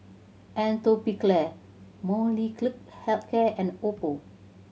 Atopiclair Molnylcke Health Care and Oppo